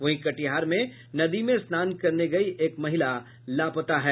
वहीं कटिहार में नदी में स्नान करने गयी एक महिला लापता है